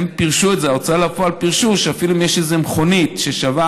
וההוצאה לפועל פירשו שאפילו אם יש איזו מכונית ששווה